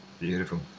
Beautiful